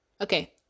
Okay